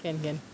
can can